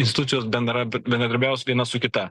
instucijos bendrai bendradarbiaus viena su kita